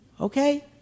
okay